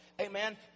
Amen